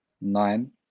nine